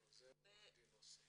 זה עורך דין עושה.